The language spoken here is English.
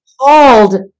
called